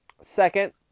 Second